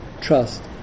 trust